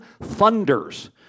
thunders